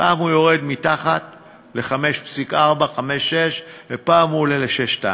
פעם הוא יורד, ל-5.4% 5.6%, ופעם הוא עולה ל-6.2%.